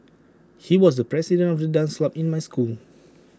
he was the president of the dance club in my school